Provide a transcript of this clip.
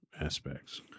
aspects